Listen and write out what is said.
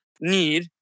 need